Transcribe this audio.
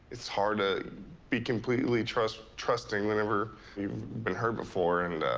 it's hard to be completely tr-trusting tr-trusting whenever you've been hurt before, and, ah,